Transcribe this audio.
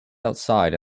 outside